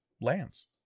lands